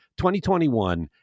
2021